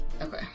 Okay